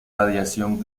radiación